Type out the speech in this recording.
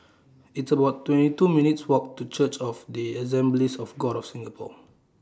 It's about twenty two minutes' Walk to Church of The Assemblies of God of Singapore